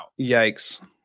Yikes